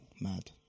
mad